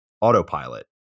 autopilot